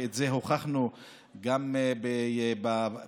ואת זה הוכחנו גם בוועדה.